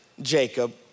Jacob